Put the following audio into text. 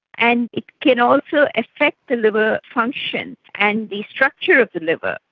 and it can also affect the liver function and the structure of the liver.